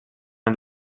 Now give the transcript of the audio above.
els